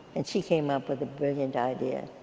and she came up with a brilliant idea.